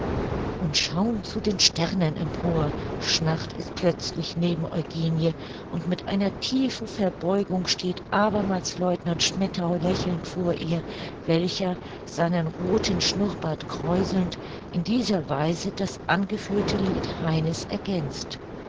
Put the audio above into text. und schau'n zu den sternen empor schnarrt es plötzlich neben eugenie und mit einer tiefen verbeugung steht abermals lieutenant schmettau lächelnd vor ihr welcher seinen rothen schnurrbart kräuselnd in dieser weise das angeführte lied heine's ergänzt